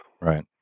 Right